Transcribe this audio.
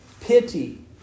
pity